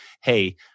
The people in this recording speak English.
hey